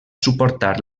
suportar